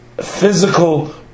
physical